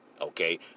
Okay